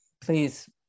Please